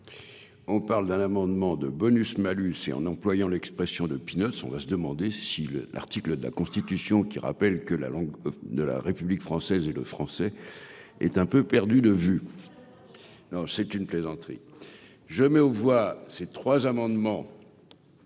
On parle d'un amendement de bonus malus et en employant l'expression de peanuts, on va se demander si l'article de la Constitution, qui rappelle que la langue de la République française et le Français est un peu perdu de vue, non, c'est une plaisanterie, je mets aux voix ces trois amendements,